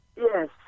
Yes